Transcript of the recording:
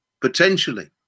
potentially